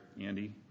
Andy